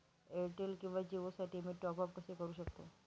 Airtel किंवा जिओसाठी मी टॉप ॲप कसे करु शकतो?